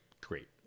great